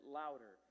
louder